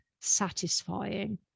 satisfying